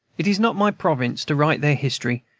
it is not my province to write their history,